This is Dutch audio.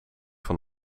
van